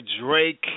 Drake